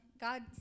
God